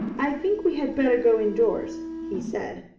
i think we had better go indoors, he said.